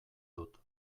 dut